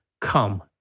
Come